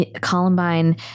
Columbine